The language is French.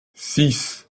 six